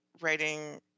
writing